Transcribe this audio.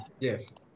yes